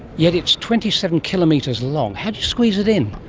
yet it's twenty seven kilometres long. how do you squeeze it in?